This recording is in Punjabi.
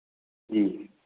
ਜੀ